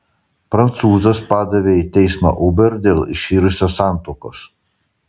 prancūzas padavė į teismą uber dėl iširusios santuokos